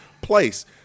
place